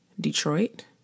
Detroit